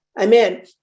Amen